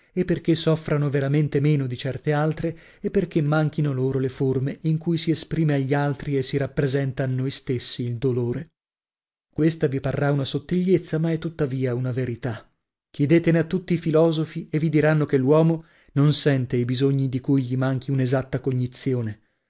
e perchè soffrano veramente meno di certe altre e perchè manchino loro le forme in cui si esprime agli altri e si rappresenta a noi stessi il dolore questa vi parrà una sottigliezza ma è tuttavia una verità chiedetene a tutti i filosofi e vi diranno che l'uomo non sente i bisogni di cui gli manchi un'esatta cognizione